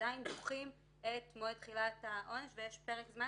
ועדיין דוחים את מועד תחילת העונש ויש פרק זמן